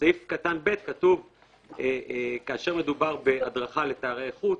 ובסעיף קטן (ב) כתוב "כאשר מדובר בהדרכה לתיירי חוץ",